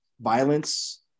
violence